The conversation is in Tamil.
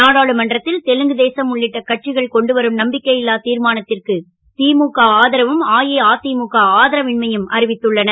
நாடாளுமன்றத் ல் தெலுங்கு தேசம் உள்ளிட்ட கட்சிகள் கொண்டுவரும் நம்பிக்கை ல்லா திர்மானத் ற்கு முக ஆதரவும் அஇஅ முக ஆதரவின்மையும் அறிவித்துள்ளன